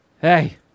hey